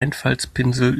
einfaltspinsel